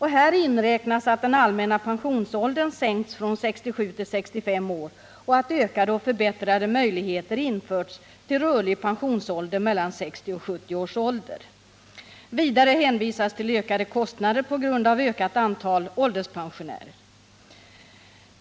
Härvid inräknas att den allmänna pensionsåldern sänkts från 67 till 65 år och att ökade och förbättrade möjligheter införts till rörlig pensionsålder mellan 60 och 70 års ålder. Vidare hänvisas till ökade kostnader på grund av ökat antal ålderspensionärer.